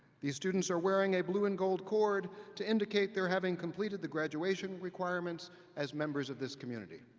these students are wearing a blue and gold cord to indicate they're having completed the graduation requirements as members of this community.